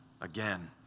again